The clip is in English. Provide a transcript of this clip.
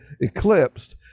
eclipsed